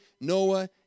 Noah